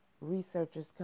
Researchers